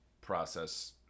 process